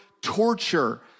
torture